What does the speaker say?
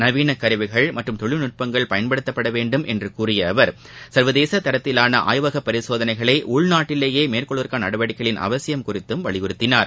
நவீன கருவிகள் மற்றும் தொழில்நுட்பங்கள் பயன்படுத்தப்பட வேண்டும் என்று கூறிய அவர் சர்வதேச தரத்திவாள ஆய்வகப் பரிசோதனைகளை உள்நாட்டிலேயே மேற்கொள்வதற்கான நடவடிக்கைகளில் அவசியம் குறித்தும் அவர் வலியுறுத்தினார்